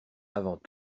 avant